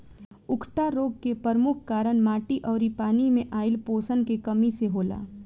उकठा रोग के परमुख कारन माटी अउरी पानी मे आइल पोषण के कमी से होला